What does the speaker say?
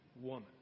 woman